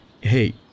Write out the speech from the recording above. hey